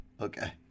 Okay